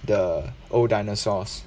the old dinosaurs